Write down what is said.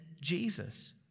Jesus